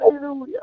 Hallelujah